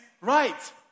right